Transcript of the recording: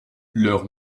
leurs